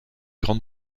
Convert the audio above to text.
grande